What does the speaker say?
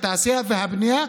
וגם התעשייה והבנייה.